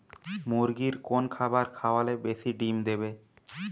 মুরগির কোন খাবার খাওয়ালে বেশি ডিম দেবে?